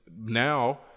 now